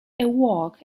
awoke